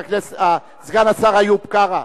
סגן השר איוב קרא,